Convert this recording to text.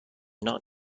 not